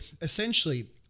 essentially